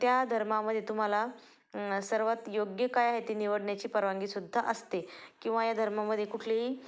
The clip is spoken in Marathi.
त्या धर्मामध्ये तुम्हाला सर्वात योग्य काय आहे ते निवडण्याची परवानगीसुद्धा असते किंवा या धर्मामध्ये कुठलीही